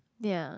ya